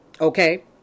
Okay